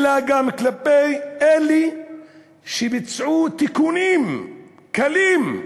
אלא גם כלפי אלה שביצעו תיקונים קלים.